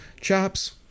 Chops